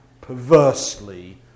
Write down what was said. perversely